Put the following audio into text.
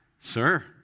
Sir